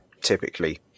typically